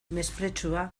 mespretxua